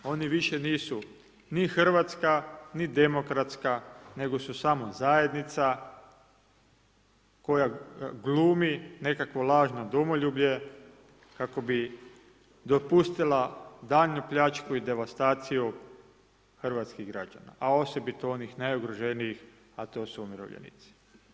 Oni više nisu ni hrvatska ni demokratska nego su samo zajednica koja glumi nekakvo lažno domoljublje kako bi dopustila daljnju pljačku i devastaciju hrvatskih građana a osobito onih najugroženijih a to su umirovljenici.